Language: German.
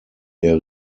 der